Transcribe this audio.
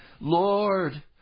Lord